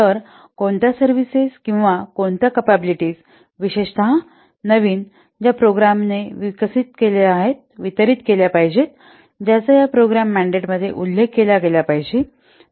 तर कोणत्या सर्विसेस किंवा कोणत्या कपॅबिलिटीज विशेषतः नवीन ज्या प्रोग्रामने वितरित केल्या पाहिजेत ज्याचा या प्रोग्राम मँडेट मध्ये उल्लेख केला गेला पाहिजे